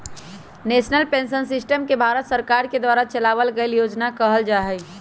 national pension system के भारत सरकार के द्वारा चलावल गइल योजना कहल जा हई